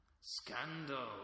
Scandal